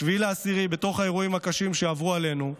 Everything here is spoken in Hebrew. ב-7 באוקטובר, בתוך האירועים הקשים שעברו עלינו,